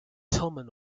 tillman